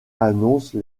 annonce